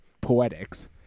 poetics